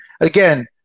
Again